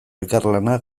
elkarlana